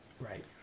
Right